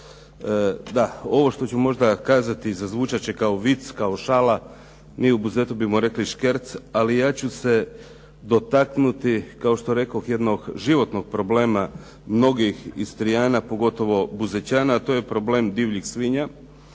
Da, ovo što ću možda kazati i zazvučat će kao vic, kao šala, mi u Buzetu bismo rekli škerc, ali ja ću se dotaknuti kao što rekoh jednog životnog problema mnogih Istrijana, pogotovo Buzećana, a to je problem divljih svinja